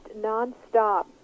nonstop